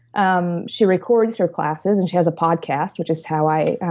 um she records her classes and she has a podcast which is how i